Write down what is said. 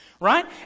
right